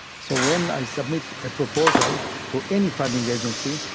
so when i submit a proposal to any funding agency,